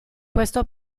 questo